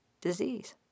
disease